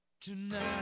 Tonight